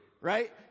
right